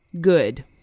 good